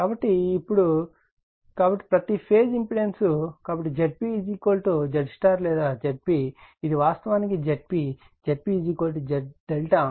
కాబట్టి ఇప్పుడు కాబట్టి ప్రతి ఫేజ్ ఇంపెడెన్స్ కాబట్టి Zp ZY లేదా Zp ఇది వాస్తవానికి Zp Zp ZΔ